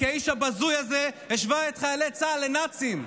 כי האיש הבזוי הזה השווה את חיילי צה"ל לנאצים.